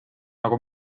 nagu